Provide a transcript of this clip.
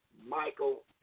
Michael